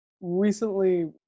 recently